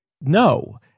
No